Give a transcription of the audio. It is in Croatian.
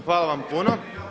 Hvala vam puno.